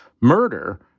murder